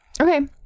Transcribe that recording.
okay